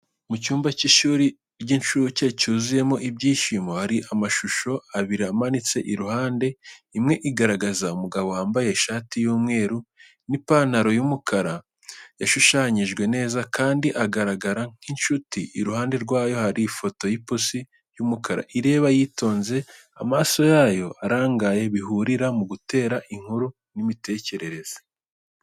Mu cyumba cy’ishuri ry’incuke cyuzuyemo ibyishimo, hari amashusho abiri amanitse iruhande. Imwe igaragaza umugabo wambaye ishati y’umweru n’ipantaro y’umukara, yashushanyijwe neza kandi agaragara nk’inshuti. Iruhande rwayo, hari ifoto y’ipusi y’umukara ireba yitonze, amaso yayo arangaye. Bihurira mu gutera inkuru n’imitekerereze.